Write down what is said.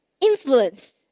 influence